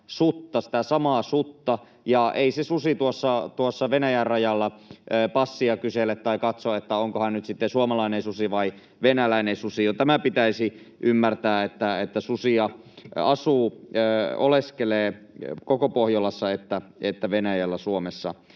sutta, sitä samaa sutta, ja ei se susi tuossa Venäjän rajalla passia esitä tai katso, onko hän nyt sitten suomalainen susi vai venäläinen susi. Tämä pitäisi ymmärtää, että susia asuu ja oleskelee koko Pohjolassa, niin Venäjällä, Suomessa,